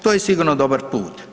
To je sigurno dobar put.